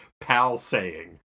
pal-saying